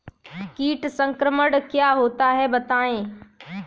कीट संक्रमण क्या होता है बताएँ?